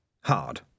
hard